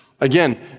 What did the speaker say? again